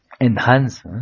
enhance